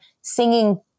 singing